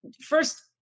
first